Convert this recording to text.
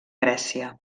grècia